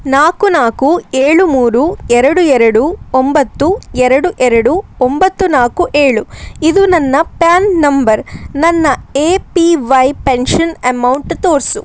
ನಾಲ್ಕು ನಾಲ್ಕು ಏಳು ಮೂರು ಎರಡು ಎರಡು ಒಂಬತ್ತು ಎರಡು ಎರಡು ಒಂಬತ್ತು ನಾಲ್ಕು ಏಳು ಇದು ನನ್ನ ಪ್ರ್ಯಾನ್ ನಂಬರ್ ನನ್ನ A P Y pension amount ತೋರಿಸು